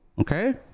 Okay